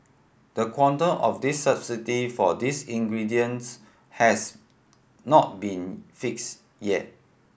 the quantum of this subsidy for these ingredients has not been fixed yet